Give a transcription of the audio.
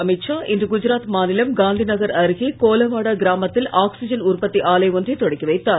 அமித் ஷா இன்று குஜராத் மாநிலம் காந்திநகர் அருகே கோலவாடா கிராமத்தில் ஆக்சிஜன் உற்பத்தி ஆலை ஒன்றை தொடக்கி வைத்தார்